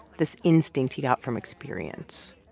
this instinct he got from experience.